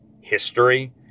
history